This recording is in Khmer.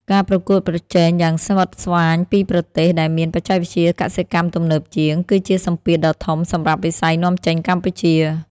ការប្រកួតប្រជែងយ៉ាងស្វិតស្វាញពីប្រទេសដែលមានបច្ចេកវិទ្យាកសិកម្មទំនើបជាង គឺជាសម្ពាធដ៏ធំសម្រាប់វិស័យនាំចេញកម្ពុជា។